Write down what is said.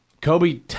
Kobe